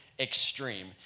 Extreme